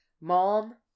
Mom